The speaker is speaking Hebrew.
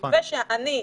אני,